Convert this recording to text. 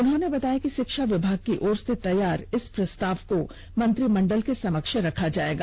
उन्होंने बताया कि षिक्षा विभाग की ओर से तैयार इस प्रस्ताव को मंत्रिमंडल के समक्ष रखा जायेगा